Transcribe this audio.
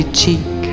cheek